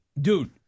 Dude